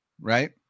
right